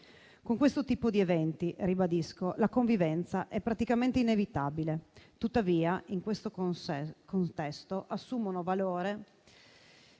Con questo tipo di eventi - lo ribadisco - la convivenza è praticamente inevitabile. Tuttavia, in questo contesto assumono valore